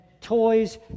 toys